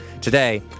Today